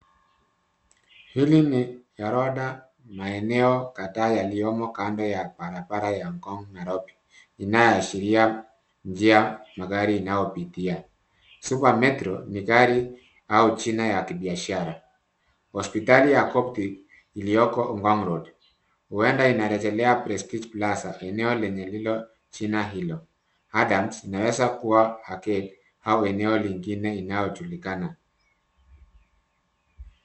Hili ni orodha maeneo kadhaa yaliyomo kando ya barabara ya Ngong', Nairobi, inayoashiria njia magari inayopitia. Super Metro ni gari au jina ya kibiashara. Hospitali ya Optic iliyoko Ngong' road, huenda inarejelea Prestige Plaza, eneo lenye lilo jina hilo. Adams inaweza kuwa hoteli au eneo lingine linalojulikana.